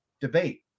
debate